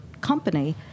company